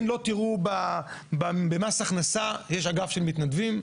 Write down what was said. לא תראו במס הכנסה שיש אגף של מתנדבים,